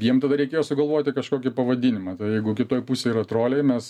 jiem tada reikėjo sugalvoti kažkokį pavadinimą tada jeigu kitoj pusėj yra troliai mes